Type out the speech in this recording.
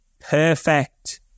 perfect